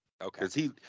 Okay